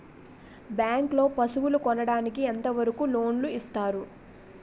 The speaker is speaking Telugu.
బ్యాంక్ లో పశువుల కొనడానికి ఎంత వరకు లోన్ లు ఇస్తారు?